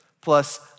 plus